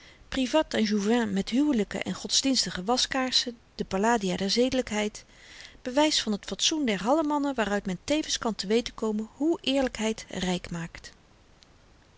en jouvin met huwelyken en godsdienstige waskaarsen de palladia der zedelykheid bewys van het fatsoen der hallemannen waaruit men tevens kan te weten komen hoe eerlykheid ryk maakt